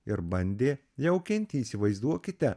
ir bandė jaukinti įsivaizduokite